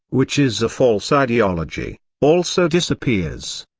which is a false ideology, also disappears.